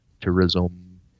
tourism